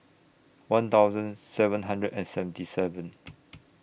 one thousand seven hundred and seventy seven